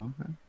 Okay